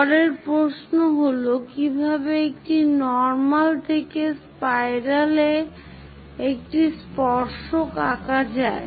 পরের প্রশ্ন হল কিভাবে একটি নর্মাল থেকে স্পাইরালে একটি স্স্পর্শক আঁকা যায়